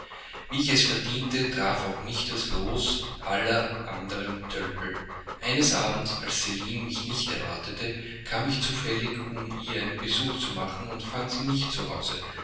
wie ich es verdiente traf auch mich das los aller anderen tölpel eines abends als celine mich nicht erwartete kam ich zufällig um ihr einen besuch zu machen und fand sie nicht